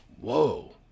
Whoa